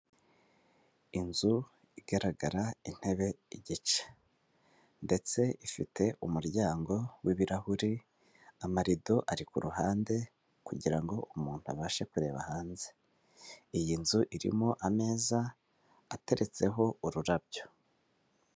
Inzu igaragara intebe igice ndetse ifite umuryango w'ibirahuri, amarido ari kuruhande kugirango umuntu abashe kureba hanze, iyi nzu irimo ameza ateretseho ururabyo.